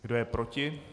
Kdo je proti?